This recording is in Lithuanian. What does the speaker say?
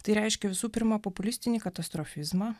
tai reiškia visų pirma populistinį katastrofizmą